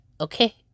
okay